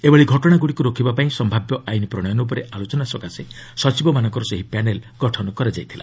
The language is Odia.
ଏଭଳି ଘଟଣାଗୁଡ଼ିକୁ ରୋକିବାପାଇଁ ସମ୍ଭାବ୍ୟ ଆଇନ ପ୍ରଣୟନ ଉପରେ ଆଲୋଚନା ଲାଗି ସଚିବମାନଙ୍କର ସେହି ପ୍ୟାନେଲ୍ ଗଠନ କରାଯାଇଥିଲା